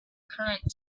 current